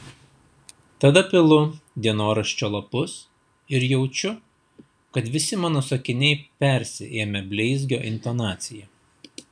tada pilu dienoraščio lapus ir jaučiu kad visi mano sakiniai persiėmę bleizgio intonacija